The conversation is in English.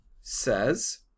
says